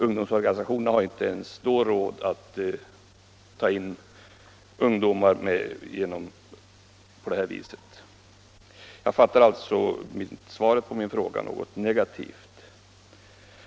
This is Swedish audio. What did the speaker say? Ungdomsorganisationerna har inte ens då råd att ta in ungdomar på det vis som är önskvärt. dj Jag uppfattar alltså svaret på min fråga som något negativt.